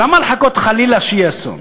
למה לחכות שיהיה חלילה אסון?